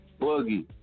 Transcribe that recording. Boogie